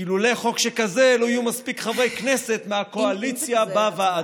כי לולא חוק שכזה לא יהיו מספיק חברי כנסת מהקואליציה בוועדות,